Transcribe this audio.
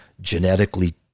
genetically